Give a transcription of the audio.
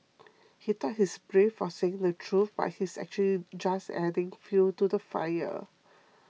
he thought he's brave for saying the truth but he's actually just adding fuel to the fire